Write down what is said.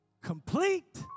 complete